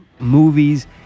Movies